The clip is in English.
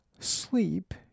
Sleep